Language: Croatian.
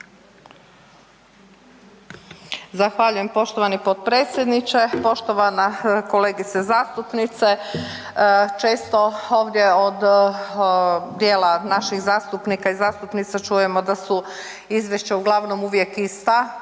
Zahvaljujem poštovani potpredsjedniče. Poštovana kolegice zastupnice, često ovdje od dijela naših zastupnika i zastupnica čujemo da su izvješća uglavnom uvijek ista,